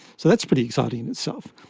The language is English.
so that's pretty exciting in itself.